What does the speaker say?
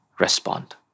respond